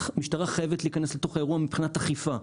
המשטרה חייבת להיכנס לתוך האירוע מבחינת אכיפה.